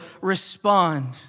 respond